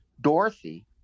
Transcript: Dorothy